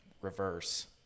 reverse